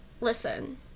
Listen